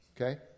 okay